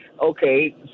Okay